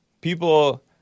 People